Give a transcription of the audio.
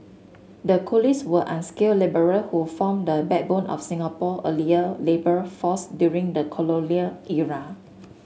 the coolies were unskilled labourer who formed the backbone of Singapore earlier labour force during the colonial era